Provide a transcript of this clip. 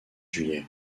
juillet